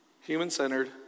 Human-centered